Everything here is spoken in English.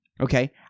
Okay